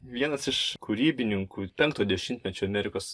vienas iš kūrybininkų penkto dešimtmečio amerikos